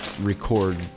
record